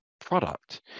product